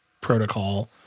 protocol